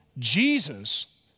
Jesus